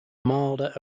milder